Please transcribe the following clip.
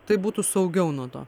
tai būtų saugiau nuo to